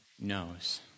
knows